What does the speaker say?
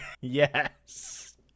yes